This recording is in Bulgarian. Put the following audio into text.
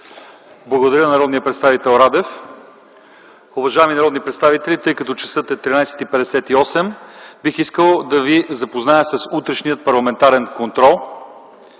Благодаря на народния представител Радев. Уважаеми народни представители, тъй като часът е 13,58, бих искал да ви запозная с утрешния парламентарен контрол.